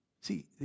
See